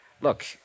Look